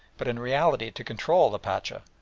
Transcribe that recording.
but in reality to control the pacha,